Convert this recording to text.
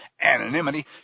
anonymity